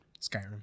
Skyrim